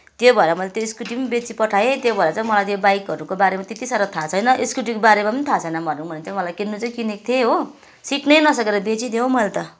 त्यही भएर मैले त्यो स्कुटी पनि बेचिपठाएँ त्यो भएर चाहिँ मलाई त्यो बाइकहरूको बारेमा त्यत्ति साह्रो थाहा छैन स्कुटीको बारेमा पनि थाहा छैन भनौँ भने त्यो मलाई किन्नु चाहिँ किनेको थिएँ हो सिक्नै नसकेर बेचिदिएँ हो मैले त